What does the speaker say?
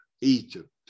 Egypt